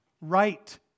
right